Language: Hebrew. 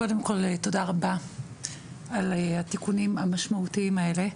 קודם כול, תודה רבה על התיקונים המשמעותיים האלה.